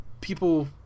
people